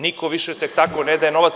Niko više tek tako ne daje novac.